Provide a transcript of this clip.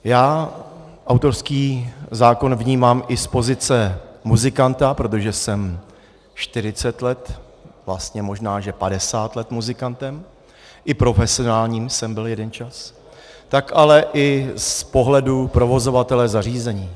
Já autorský zákon vnímám i z pozice muzikanta, protože jsem 40 let, vlastně možná že 50 let muzikantem, i profesionálním jsem byl jeden čas, tak ale i z pohledu provozovatele zařízení.